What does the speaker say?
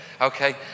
okay